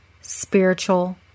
spiritual